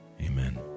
Amen